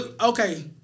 Okay